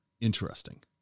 interesting